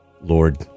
Lord